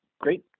Great